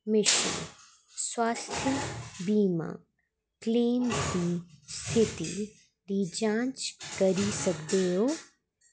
mission स्वास्थ्य बीमा claim दी स्थिति दी जांच करी सकदे ओ